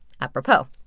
apropos